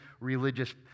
religious